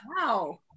Wow